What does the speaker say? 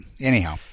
anyhow